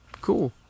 Cool